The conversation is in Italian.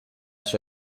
sua